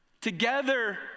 Together